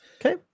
Okay